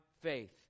faith